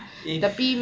if